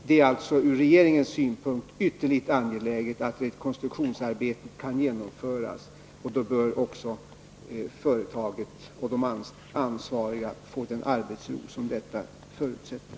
Det är ur regeringens synpunkt ytterligt angeläget att rekonstruktionsarbetet kan genomföras, och då bör också företaget och de ansvariga få den arbetsro som detta förutsätter.